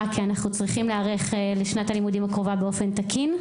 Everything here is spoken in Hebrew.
כי אנחנו צריכים להיערך לשנת הלימודים הקרובה באופן תקין,